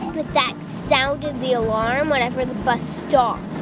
but that sounded the alarm whenever the bus stopped